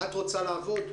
את רוצה לעבוד?